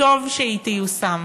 אבל טוב שהיא התקבלה.